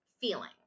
feeling